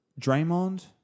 Draymond